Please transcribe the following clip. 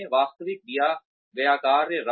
उन्हें वास्तविक दिया गए कार्य